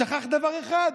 שכח דבר אחד,